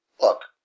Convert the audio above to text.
Look